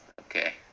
Okay